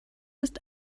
ist